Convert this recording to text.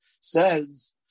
says